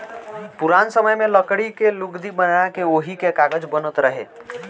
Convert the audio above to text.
पुरान समय में लकड़ी के लुगदी बना के ओही से कागज बनत रहे